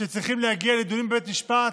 אסירים שצריכים להגיע לדיון בבית משפט,